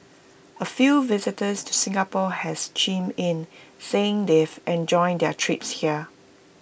A few visitors to Singapore has chimed in saying they've enjoyed their trips here